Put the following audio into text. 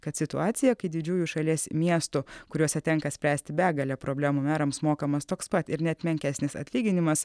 kad situacija kai didžiųjų šalies miestų kuriuose tenka spręsti begalę problemų merams mokamas toks pat ir net menkesnis atlyginimas